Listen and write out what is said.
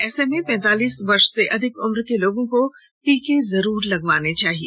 ऐसे में पैंतालीस वर्ष से अधिक उम्र के लोगों को टीका जरूर लगवाना चाहिए